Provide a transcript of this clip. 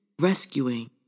rescuing